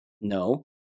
No